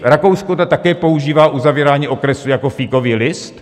Rakousko také používá uzavírání okresů jako fíkový list?